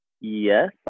Yes